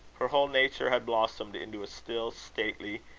her whole nature had blossomed into a still, stately,